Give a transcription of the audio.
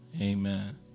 Amen